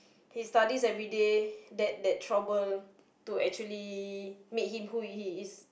he studies everyday that that trouble to actually made him who he is